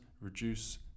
reduce